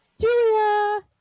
Julia